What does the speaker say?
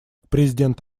президент